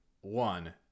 one